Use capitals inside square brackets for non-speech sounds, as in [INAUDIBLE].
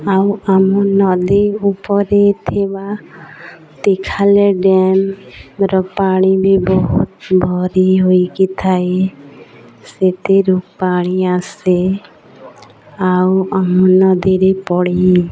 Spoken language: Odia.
ଆଉ ଆମ ନଦୀ ଉପରେ ଥିବା [UNINTELLIGIBLE] ଡ଼୍ୟାମ୍ର ପାଣି ବି ବହୁତ ଭରି ହୋଇକି ଥାଏ ସେଥିରୁ ପାଣି ଆସେ ଆଉ ଆମ ନଦୀରେ ପଡ଼ି